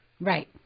Right